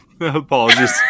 apologies